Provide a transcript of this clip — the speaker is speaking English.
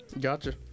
Gotcha